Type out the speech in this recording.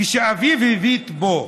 כשאביו הביט בו,